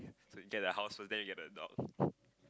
so get the house first then you get the dog